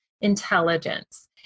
intelligence